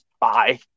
bye